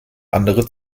andere